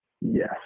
yes